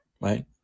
right